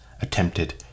attempted